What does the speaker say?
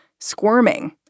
squirming